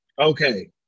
okay